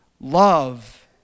love